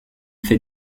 fait